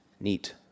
Neat